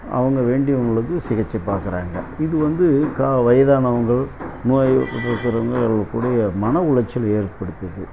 அவங்க வேண்டியவங்களுக்கு சிகிச்சை பார்க்குறாங்க இது வந்து க வயதானவர்கள் நோய் இருக்கிறவங்க கூட மன உளைச்சல் ஏற்படுத்துது